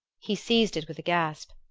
he seized it with a gasp.